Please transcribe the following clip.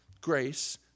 grace